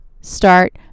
start